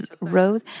road